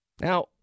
Now